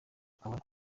kabari